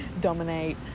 dominate